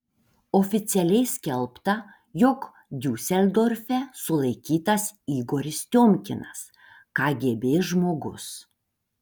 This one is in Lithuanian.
oficialiai skelbta jog diuseldorfe sulaikytas igoris tiomkinas kgb žmogus